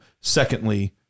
Secondly